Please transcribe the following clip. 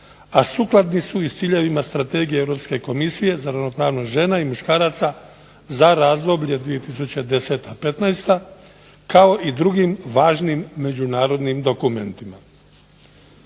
a sukladni su sa ciljevima Strategije Europske komisije za ravnopravnost žena i muškaraca za razdoblje 2010.-2015. kao i drugim važnim međunarodnim dokumentima.